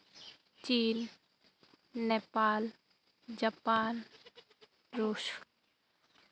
China Nepal Japan Russia